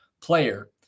player